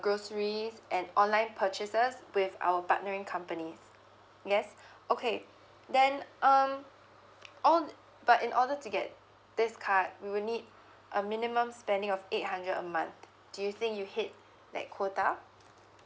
groceries and online purchases with our partnering companies yes okay then um on but in order to get this card we will need a minimum spending of eight hundred a month do you think you'll hit that quota